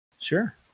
Sure